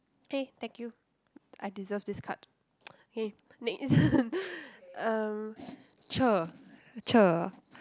K thank you I deserve this card K next um cher cher